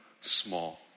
small